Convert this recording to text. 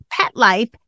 PETLIFE